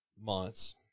months